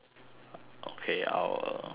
okay I will ask him